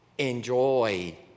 enjoy